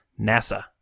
NASA